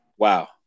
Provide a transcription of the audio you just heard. Wow